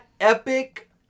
epic